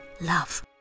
love